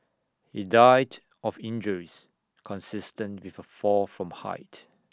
he died of injuries consistent with A fall from height